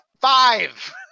five